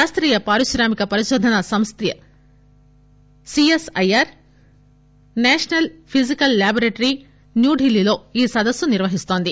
శాస్తీయ పారిశ్రామిక పరిశోధనా సమితి సీఎస్ఐఆర్ సేషనల్ ఫిజికల్ లాబోరేటరీ న్యూఢిల్లీలో ఈ సదస్సు నిర్వహిస్తోంది